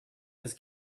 his